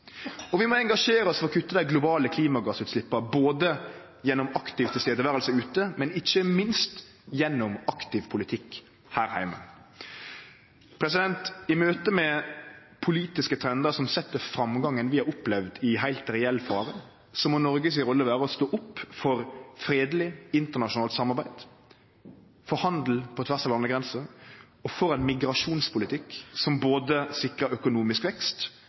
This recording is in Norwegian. konflikt. Vi må også engasjere oss ved å kutte dei globale klimagassutsleppa både gjennom å vere aktivt til stades ute og ikkje minst gjennom aktiv politikk her heime. I møte med politiske trendar som set framgangen vi har opplevd, i heilt reell fare, må Noregs rolle vere å stå opp for fredeleg internasjonalt samarbeid, for handel på tvers av landegrenser og for ein migrasjonspolitikk som sikrar både økonomisk vekst